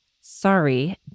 Sorry